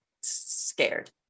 scared